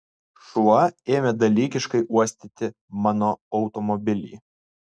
šuo ėmė dalykiškai uostyti mano automobilį